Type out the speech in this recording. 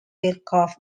aircraft